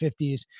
50s